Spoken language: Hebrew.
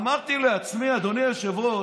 אמרתי לעצמי, אדוני היושב-ראש: